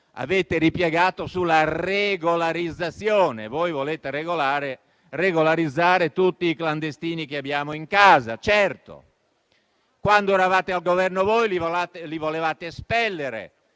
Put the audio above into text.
avete ripiegato sulla regolarizzazione: voi volete regolarizzare tutti i clandestini che abbiamo in casa. Quando eravate al Governo, li volevate espellere: